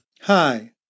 Hi